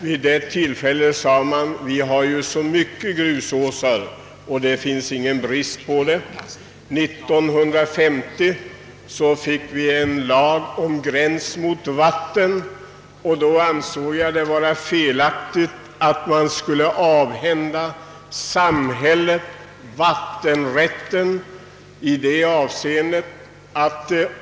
Vid det tillfället sade man emellertid: »Vi har ju så många grusåsar.» 1950 fick vi en lag om gräns mot vatten, och då ansåg jag det vara felaktigt att avhända samhället vattenrätten.